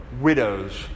widows